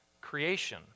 creation